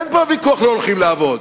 אין פה ויכוח, לא הולכים לעבוד,